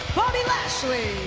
bobby lashley,